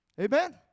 Amen